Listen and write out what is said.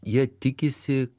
jie tikisi